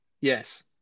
yes